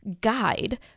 guide